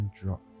Drop